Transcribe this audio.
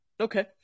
Okay